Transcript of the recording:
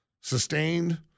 sustained